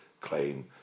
claim